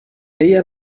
queia